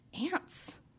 ants